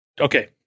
Okay